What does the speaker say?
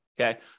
Okay